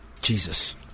Jesus